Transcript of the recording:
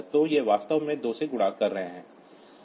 तो ये वास्तव में 2 से गुणा कर रहे हैं